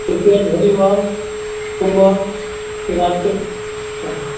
cricket volleyball football इसके बाद फ़िर